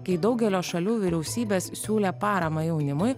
kai daugelio šalių vyriausybės siūlė paramą jaunimui